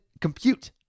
compute